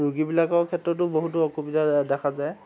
ৰোগীবিলাকৰ ক্ষেত্ৰতো বহুতো অসুবিধা দেখা যায়